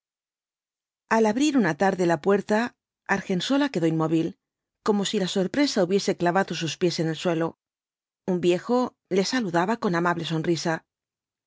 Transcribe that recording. al abrir una tarde la puerta argensola quedó inmótil como si la sorpresa hubiese clavado sus pies en el suelo un viejo le saludaba con amable sonrisa